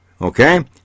Okay